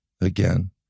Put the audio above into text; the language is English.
again